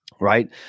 Right